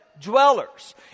dwellers